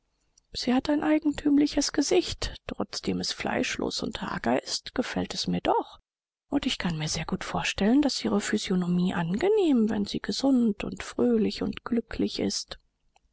sie hat ein eigentümliches gesicht trotzdem es fleischlos und hager ist gefällt es mir doch und ich kann mir sehr gut vorstellen daß ihre physiognomie angenehm wenn sie gesund und fröhlich und glücklich ist